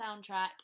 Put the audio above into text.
soundtrack